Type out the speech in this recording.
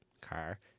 car